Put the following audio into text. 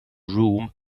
room